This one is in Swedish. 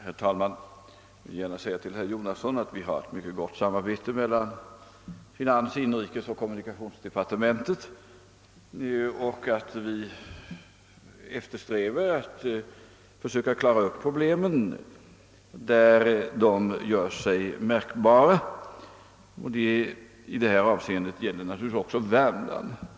Herr talman! Jag vill gärna tala om för herr Jonasson att det förekommer ett mycket gott samarbete mellan kommunikations-, inrikesoch finansdepartementen och att vi eftersträvar att klara problemen där de uppträder, och i detta avseende kommer naturligtvis också Värmlands län i fråga.